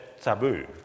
taboo